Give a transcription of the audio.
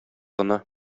гына